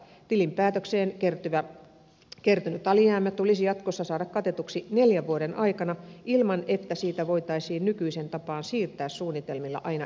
tilinpäätökseen kertynyt alijäämä tulisi jatkossa saada katetuksi neljän vuoden aikana ilman että sitä voitaisiin nykyiseen tapaan siirtää suunnitelmilla aina eteenpäin